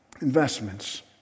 investments